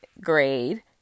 grade